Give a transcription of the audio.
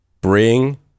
bring